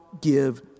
give